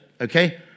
okay